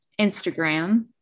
Instagram